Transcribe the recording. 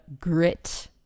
grit